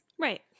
Right